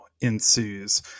ensues